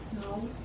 No